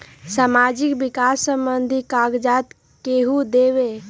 समाजीक विकास संबंधित कागज़ात केहु देबे?